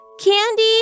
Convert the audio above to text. candy